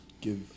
give